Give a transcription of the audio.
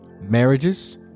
marriages